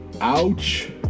Ouch